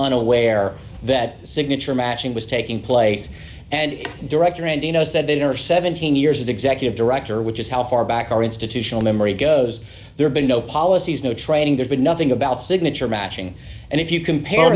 unaware that signature matching was taking place and director randy you know said that her seventeen years as executive director which is how far back our institutional memory goes there been no policies no training there's been nothing about signature matching and if you compare